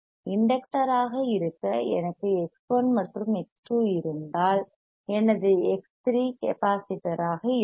inductor ஆக இருக்க எனக்கு X1 மற்றும் X2 இருந்தால் எனது X3 கெப்பாசிட்டர்யாக இருக்கும்